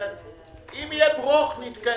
אם יהיה ברוך, נתכנס.